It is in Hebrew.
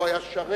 פה היה שרת,